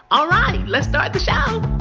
all right, let's start the show